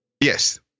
Yes